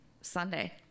Sunday